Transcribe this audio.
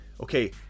okay